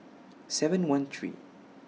seven one three